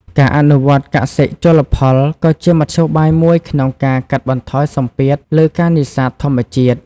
ការអនុវត្តន៍កសិ-ជលផលក៏ជាមធ្យោបាយមួយក្នុងការកាត់បន្ថយសម្ពាធលើការនេសាទធម្មជាតិ។